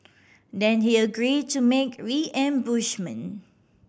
then he agree to make reimbursement